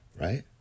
right